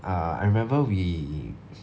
ah I remember we